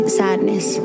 sadness